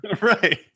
Right